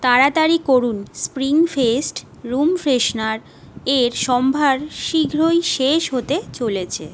তাড়াতাড়ি করুন spring fest room freshener এর সম্ভার শীঘ্রই শেষ হতে চলেছে